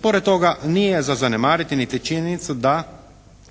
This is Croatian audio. Pored toga, nije za zanemariti niti činjenica da